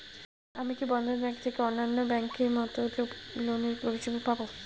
আমি কি বন্ধন ব্যাংক থেকে অন্যান্য ব্যাংক এর মতন লোনের পরিসেবা পাব?